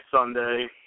Sunday